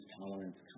tolerance